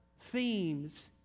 themes